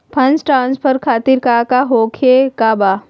Fund transfer खातिर काका होखे का बा?